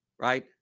Right